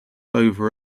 over